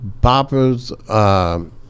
boppers